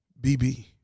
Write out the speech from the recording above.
BB